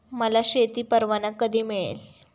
मला शेती परवाना कधी मिळेल?